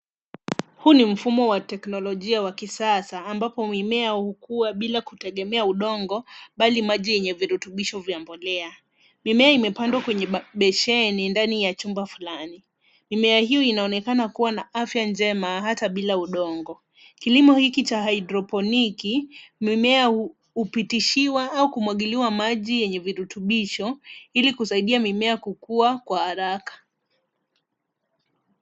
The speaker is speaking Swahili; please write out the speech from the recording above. Huu ni mfumo wa teknolojia wa kisasa ambapo mimea hukua bila kutegemea udongo, bali maji yenye virutubisho vya mbolea. Mimea imepandwa kwenye beseni, ndani ya chumba fulani. Mimea hio inaonekana kuwa na afya njema, hata bila udongo. Kilimo hiki cha hydroponiki , mimea hupitishiwa au kumwagiliwa maji yeye virutubisho, ilikusaidia mimea kukua kwa haraka.